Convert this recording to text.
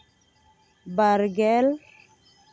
ᱵᱟᱨᱜᱮᱞ